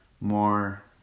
more